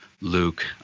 Luke